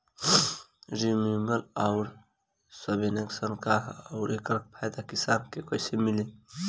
Renewable आउर subvention का ह आउर एकर फायदा किसान के कइसे मिली?